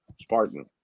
Spartan